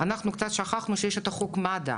אנחנו קצת שכחנו שיש את חוק מד"א,